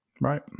Right